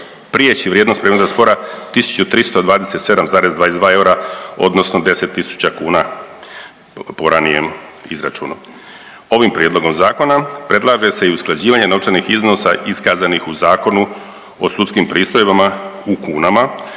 prijeći vrijednost predmetnog spora 1327,22 eura, odnosno 10000 kuna po ranijem izračunu. Ovim prijedlogom zakona predlaže se i usklađivanje novčanih iznosa iskazanih u Zakonu o sudskim pristojbama u kunama